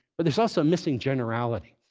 but there's also missing generality.